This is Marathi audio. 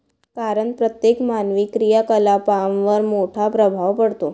कारण प्रत्येक मानवी क्रियाकलापांवर मोठा प्रभाव पडतो